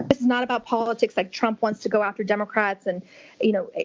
it's not about politics like trump wants to go after democrats, and you know,